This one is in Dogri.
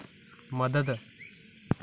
मदद